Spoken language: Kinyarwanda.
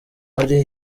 hari